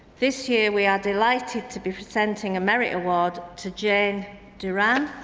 this year, we are delighted to be presenting a merit award to jane duran,